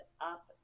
up